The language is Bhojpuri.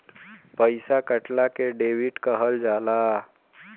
पइसा कटला के डेबिट कहल जाला